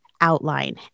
outline